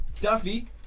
duffy